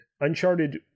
Uncharted